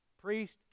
Priest